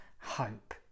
hope